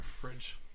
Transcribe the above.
fridge